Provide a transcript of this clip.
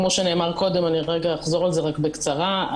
כמו שנאמר קודם, אני אחזור על זה בקצרה: